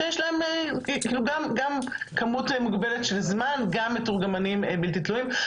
שיש להם גם כמות מוגבלת של זמן וגם מתורגמנים בלתי תלויים,